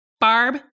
Barb